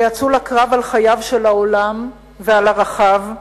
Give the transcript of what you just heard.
ויצאו לקרב על חייו של העולם ועל ערכיו,